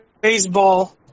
baseball